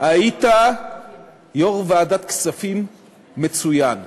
היית יושב-ראש ועדת כספים מצוין,